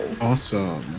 Awesome